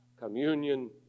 Communion